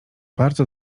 bardzo